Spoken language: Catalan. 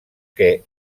que